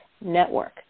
network